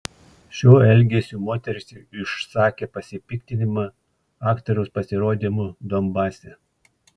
šiuo elgesiu moteris išsakė pasipiktinimą aktoriaus pasirodymu donbase